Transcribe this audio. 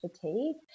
fatigue